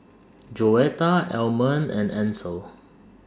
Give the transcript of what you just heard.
Joetta Almond and Ansel